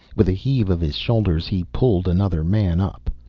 with a heave of his shoulders he pulled another man up.